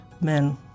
men